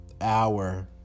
hour